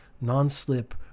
non-slip